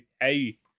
Hey